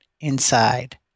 inside